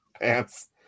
pants